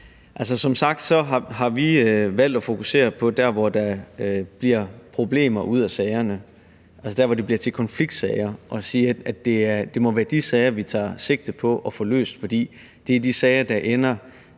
som sagt har vi valgt at fokusere dér, hvor der bliver problemer i sagerne, altså dér, hvor det bliver til konfliktsager, og sige, at det må være de sager, vi tager sigte på at få løst, for det er de sager, der ender